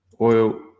oil